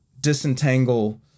disentangle